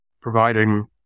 providing